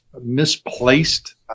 misplaced